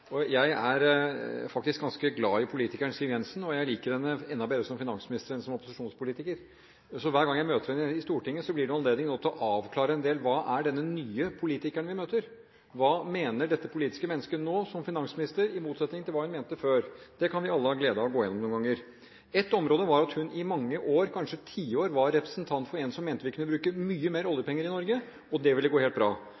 forskjeller. Jeg er faktisk ganske glad i politikeren Siv Jensen, og jeg liker henne enda bedre som finansminister enn som opposisjonspolitiker. Hver gang jeg møter henne i Stortinget, blir det anledning til å avklare en del. Hvem er denne nye politikeren vi møter? Hva mener dette politiske mennesket nå, som finansminister, i motsetning til hva hun mente før? Det kan vi alle ha glede av å gå gjennom noen ganger. Et område er at hun i mange år, kanskje tiår, var en representant som mente vi kunne bruke mye mer